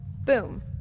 boom